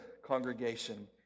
congregation